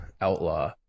outlaw